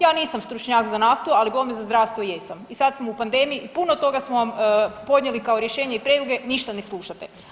Ja nisam stručnjak za naftu, ali bome za zdravstvo jesam i sad smo u pandemiji puno toga smo vam podnijeli kao rješenje i prijedloge ništa ne slušate.